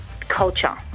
culture